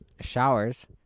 showers